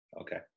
okay